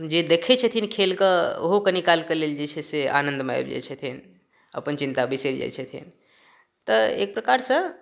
जे देखै छथिन खेलके ओहो कनी कालके लेल जे छै से आनन्दमे आबि जाइ छथिन अपन चिन्ता बिसरि जाइ छथिन तऽ एक प्रकार सऽ